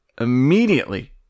immediately